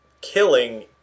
killing